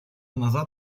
назад